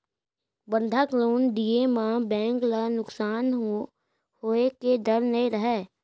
बंधक लोन दिये म बेंक ल नुकसान होए के डर नई रहय